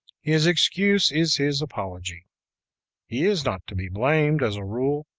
his excuse is his apology he is not to be blamed, as a rule,